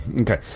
Okay